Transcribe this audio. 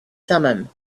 thummim